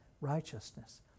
righteousness